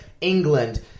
England